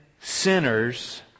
sinners